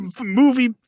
movie